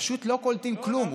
פשוט לא קולטים כלום.